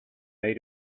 made